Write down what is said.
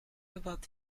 about